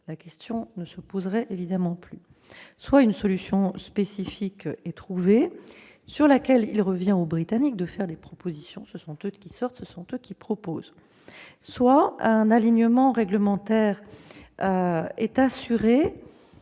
la question ne se poserait évidemment plus. Soit une solution spécifique est trouvée, sur laquelle il revient aux Britanniques de faire des propositions : ce sont eux qui sortent, ce sont eux qui proposent. Soit un alignement réglementaire est assuré